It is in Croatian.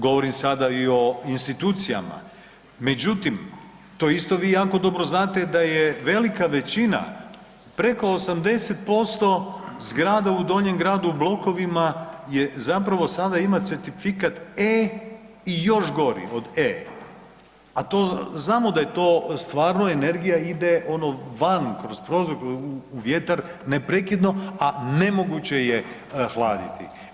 Govorim sada i o institucijama međutim to isto vi jako dobro znate da je velika većina, preko 80% zgrada u Donjem gradu u blokovima je zapravo sada ima certifikat E i još gori od E. A znamo da je to stvarno energije ide ono van, kroz prozor, u vjetar neprekidno a nemoguće je hladiti.